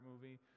movie